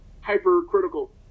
hypercritical